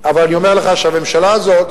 אבל אני אומר לך שהממשלה הזאת,